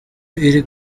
iri